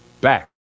back